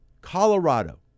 Colorado